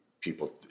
people